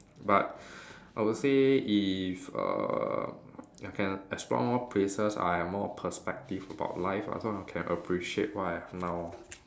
but I would say if uh ya can explore more places I have more perspective about life ah so I can appreciate what I have now lor